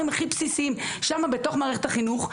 הכי בסיסיים שמה בתוך מערכת החינוך,